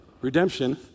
redemption